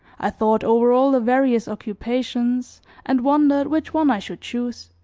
i thought over all the various occupations and wondered which one i should choose.